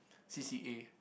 C_C_A